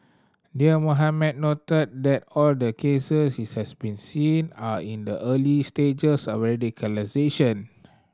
Dear Mohamed noted that all the case he has been seen are in the early stages of radicalisation